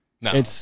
No